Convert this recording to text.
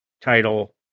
title